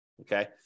okay